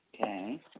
okay